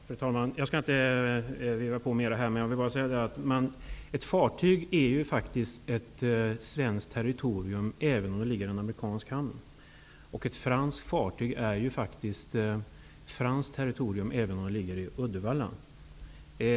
Fru talman! Jag skall inte förlänga debatten. Men ett svenskt fartyg är faktiskt svenskt territorium även om fartyget ligger i en amerikansk hamn. Ett franskt fartyg är franskt territorium även om fartyget ligger i Uddevalla.